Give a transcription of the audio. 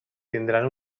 tindran